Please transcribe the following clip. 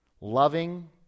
loving